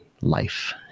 life